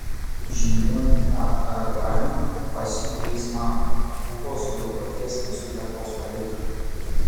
žiniuonį tą raganių pasiuntė jis man kad lūpos jo paties nesuteptos paliktų